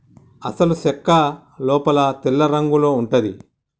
అసలు సెక్క లోపల తెల్లరంగులో ఉంటది